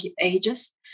ages